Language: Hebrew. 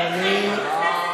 תענו לי מה,